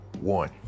one